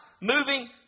moving